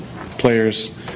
players